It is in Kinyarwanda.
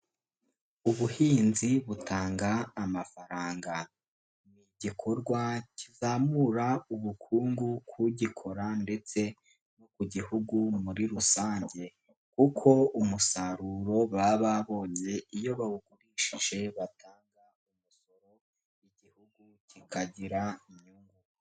Ubuhinzi butanga amafaranga, ni igikorwa kizamura ubukungu kugikora ndetse no ku Gihugu muri rusange, kuko umusaruro baba babonye iyo bawugurishije batanga umusoro w'Igihugu kikagira inyungu.